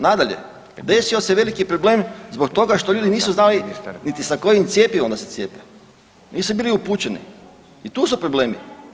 Nadalje, desio se veliki problem zbog toga što ljudi nisu znali niti sa kojim cjepivom da se cijepe, nisu bili upućeni i tu su problemi.